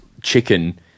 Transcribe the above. chicken